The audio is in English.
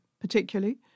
particularly